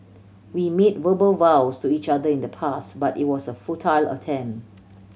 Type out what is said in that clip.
we made verbal vows to each other in the past but it was a futile attempt